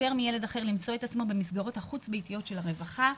מילד אחר למצוא את עצמו במסגרות החוץ-ביתיות של הרווחה.